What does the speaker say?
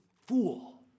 fool